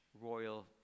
royal